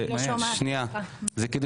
זה כדי